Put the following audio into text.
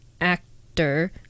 actor